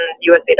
USA